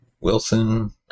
Wilson